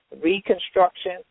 Reconstruction